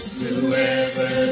whoever